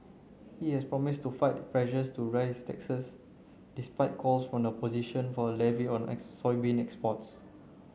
he has promised to fight pressure to raise taxes despite calls from the opposition for a levy on a soybean exports